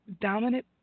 dominant